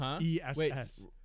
E-S-S